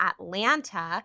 Atlanta